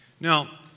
Now